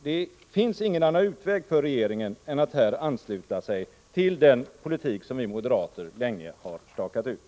Det finns ingen annan utväg för regeringen än att här ansluta sig till den politik som vi moderater länge har stakat ut.